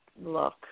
look